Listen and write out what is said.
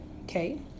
okay